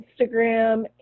Instagram